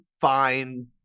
fine